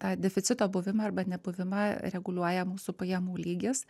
tą deficito buvimą arba nebuvimą reguliuoja mūsų pajamų lygis